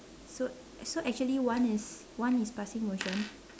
so so actually one is one is passing motion